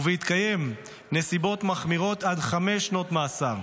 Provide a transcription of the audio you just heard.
ובהתקיים נסיבות מחמירות, עד חמש שנות מאסר.